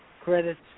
credits